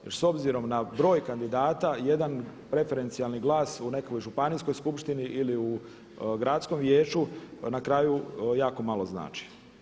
Jer s obzirom na broj kandidata jedan preferencijalni glas u nekakvoj županijskoj skupštini ili u gradskom vijeću na kraju jako malo znači.